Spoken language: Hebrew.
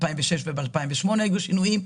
ב-2006 ו-2008 היו שינויים.